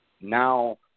Now